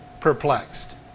perplexed